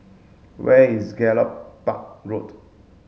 where is Gallop Park Road